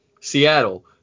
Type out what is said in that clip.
Seattle